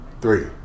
Three